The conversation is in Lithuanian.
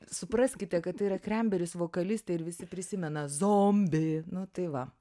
supraskite kad tai yra kremberis vokalistė ir visi prisimena zombį nu tai va